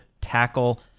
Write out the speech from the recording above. tackle